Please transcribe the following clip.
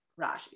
Rashi